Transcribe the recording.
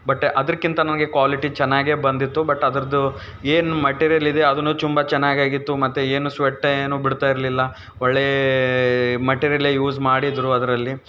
but ಅದಕ್ಕಿಂತಾನು ನನಗೆ quality ಚೆನ್ನಾಗೇ ಬಂದಿತ್ತು ಬಟ್ ಅದರದ್ದು ಏನು ಮೆಟೀರಿಯಲ್ ಇದೆ ಅದು ತುಂಬ ಚೆನ್ನಾಗಾಗಿತ್ತು ಮತ್ತು ಏನು ಸ್ವೆಟ್ ಏನು ಬಿಡ್ತಾ ಇರಲಿಲ್ಲ ಒಳ್ಳೇ ಮೆಟೀರಿಯಲ್ಲೆ ಯೂಸ್ ಮಾಡಿದ್ರು ಅದರಲ್ಲಿ